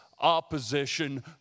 opposition